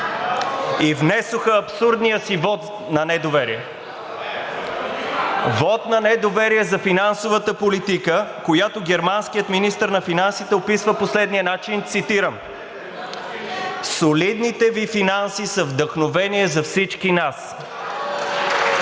и внесоха абсурдния си вот на недоверие. Вот на недоверие за финансовата политика, която германският министър на финансите описва по следния начин, цитирам: „Солидните Ви финанси са вдъхновение за всички нас.“